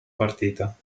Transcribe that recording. partita